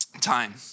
time